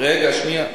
רגע, שנייה.